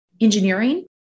engineering